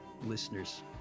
listeners